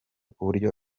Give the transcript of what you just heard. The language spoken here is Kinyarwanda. kuburyo